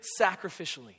sacrificially